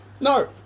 No